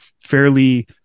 fairly